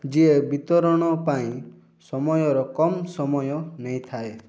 ଯିଏ ବିତରଣ ପାଇଁ ସମୟର କମ୍ ସମୟ ନେଇଥାଏ